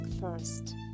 first